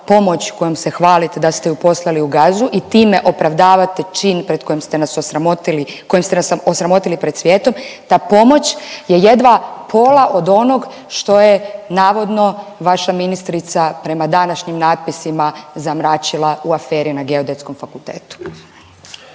pomoć kojom se hvalite da ste ju poslali u Gazu i time opravdavate čin pred kojim ste nas osramotili, kojim ste nas osramotili pred svijetom, ta pomoć je jedva pola od onog što je navodno vaša ministrica prema današnjim natpisima zamračila u aferi na Geodetskom fakultetu.